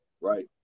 right